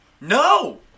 no